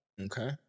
Okay